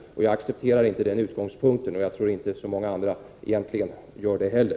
Jag accepterar inte den utgångspunkten, och jag tror inte att så många andra gör det heller.